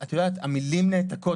את יודעת, המילים נעתקות.